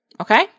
Okay